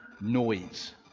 noise